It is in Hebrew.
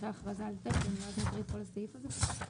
אכרזה על תקן ואז נקריא את כל הסעיף הזה.